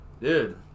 Dude